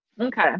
Okay